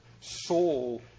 soul